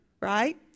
right